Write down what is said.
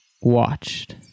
watched